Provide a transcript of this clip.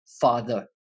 Father